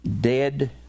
dead